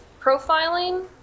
profiling